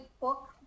book